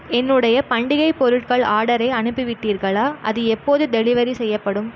என்னுடைய பண்டிகை பொருட்கள் ஆர்டரை அனுப்பிவிட்டீர்களா அது எப்போது டெலிவரி செய்யப்படும்